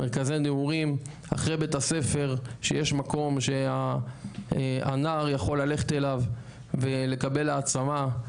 מרכזי נעורים אחרי בית הספר שיש מקום שהנער יכול ללכת אליו ולקבל העצמה,